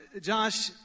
Josh